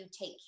take